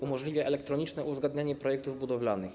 Umożliwia elektroniczne uzgadnianie projektów budowlanych.